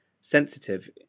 sensitive